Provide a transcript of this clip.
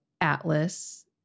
Atlas